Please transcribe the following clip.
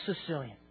Sicilian